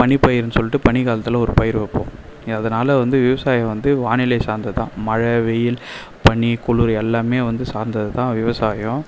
பனி பயிறுன்னு சொல்லிவிட்டு பனிக்காலத்தில் ஒரு பயிர் வைப்போம் அதனால வந்து விவசாயம் வந்து வானிலை சார்ந்தது தான் மழை வெயில் பனி குளிர் எல்லாமே வந்து சார்ந்தது தான் விவசாயம்